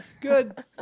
good